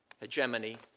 hegemony